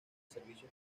servicio